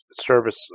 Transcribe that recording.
service